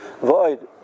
Void